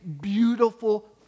beautiful